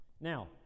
Now